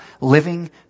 living